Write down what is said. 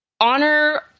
honor